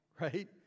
right